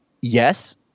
yes